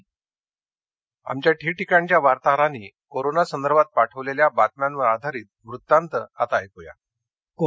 सामाजिक उपक्रम आमच्या ठिकठिकाणच्या वार्ताहरांनी कोरोना संदर्भात पाठवलेल्या बातम्यांवर आधारित वृत्तांत आता ऐक्या